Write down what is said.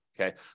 Okay